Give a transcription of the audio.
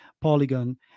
Polygon